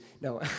no